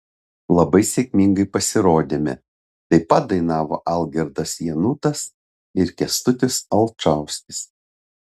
labai sėkmingai pasirodėme taip pat dainavo algirdas janutas ir kęstutis alčauskis